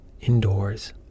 indoors